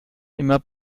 immer